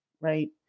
right